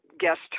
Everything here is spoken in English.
Guest